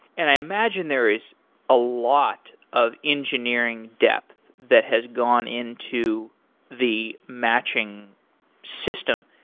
and i imagine there is a lot of engineering depth that has gone into the matching system.